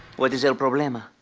what is el problema?